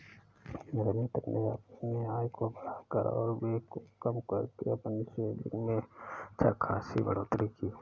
मेरे मित्र ने अपने आय को बढ़ाकर और व्यय को कम करके अपनी सेविंग्स में अच्छा खासी बढ़ोत्तरी की